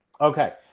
Okay